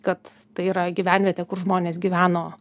kad tai yra gyvenvietė kur žmonės gyveno